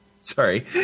Sorry